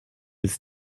his